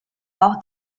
auch